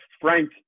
frank